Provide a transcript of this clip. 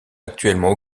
actuellement